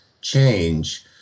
change